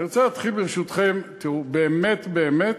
אני רוצה להתחיל, ברשותכם, באמת באמת,